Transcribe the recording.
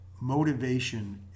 motivation